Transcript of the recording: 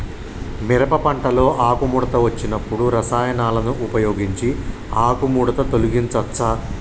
మిరప పంటలో ఆకుముడత వచ్చినప్పుడు రసాయనాలను ఉపయోగించి ఆకుముడత తొలగించచ్చా?